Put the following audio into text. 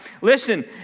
Listen